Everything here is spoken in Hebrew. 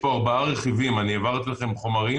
אני העברתי לכם חומר,